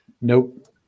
Nope